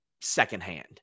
secondhand